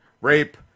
Rape